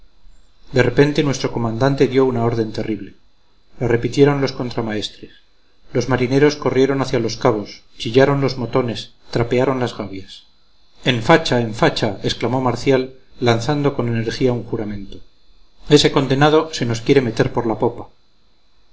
de repente nuestro comandante dio una orden terrible la repitieron los contramaestres los marineros corrieron hacia los cabos chillaron los motones trapearon las gavias en facha en facha exclamó marcial lanzando con energía un juramento ese condenado se nos quiere meter por la popa